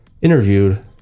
interviewed